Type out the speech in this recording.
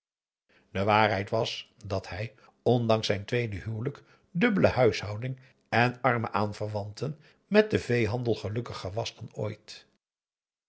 de waarheid was dat hij ondanks zijn tweede huwelijk dubbele huishouding en arme aanverwanten met den veehandel gelukkiger was dan ooit